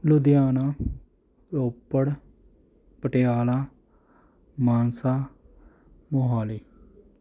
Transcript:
Ludhiana Ropar Patiala Mansa Mohali